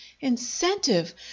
Incentive